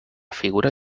figura